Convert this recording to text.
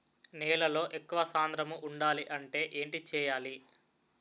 నేలలో ఎక్కువ సాంద్రము వుండాలి అంటే ఏంటి చేయాలి?